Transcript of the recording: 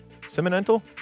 Seminental